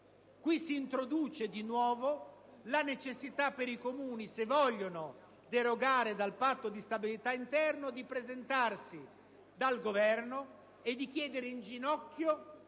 Qui s'introduce di nuovo la necessità per i Comuni, se vogliono derogare dal Patto di stabilità interno, di presentarsi dal Governo e di chiedere in ginocchio